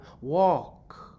walk